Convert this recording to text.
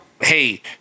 hey